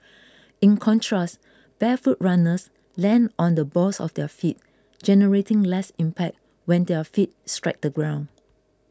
in contrast barefoot runners land on the balls of their feet generating less impact when their feet strike the ground